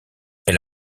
elle